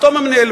פתאום הם נעלמו.